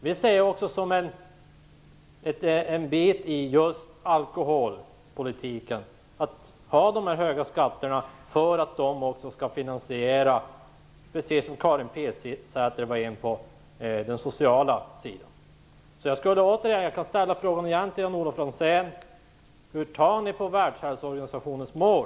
Vi ser det som en del av just alkoholpolitiken att ha de höga skatterna, för att de också skall finansiera den sociala sidan - precis som Karin Pilsäter var inne på. Jag kan ställa frågan till Jan-Olof Franzén igen: Hur ser ni moderater på Världshälsoorganisationens mål?